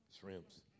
Shrimps